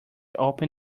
open